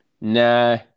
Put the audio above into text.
Nah